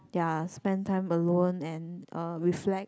ya spend time alone and uh reflect